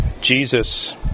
Jesus